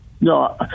No